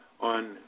on